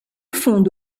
fonde